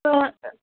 त अ